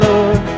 Lord